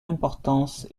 importance